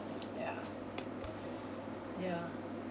yeah yeah